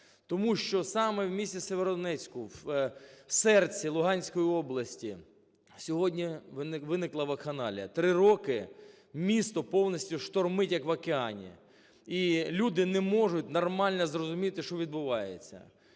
Тому що саме в місті Сєвєродонецьку, в серці Луганської області сьогодні виникла вакханалія. Три роки місто повністю штормить, як в океані, і люди не можуть нормально зрозуміти, що відбувається.